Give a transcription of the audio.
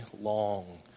long